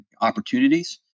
opportunities